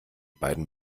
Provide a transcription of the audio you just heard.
beiden